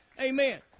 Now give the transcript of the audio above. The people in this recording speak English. Amen